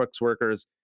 workers